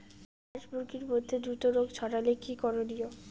হাস মুরগির মধ্যে দ্রুত রোগ ছড়ালে কি করণীয়?